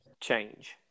change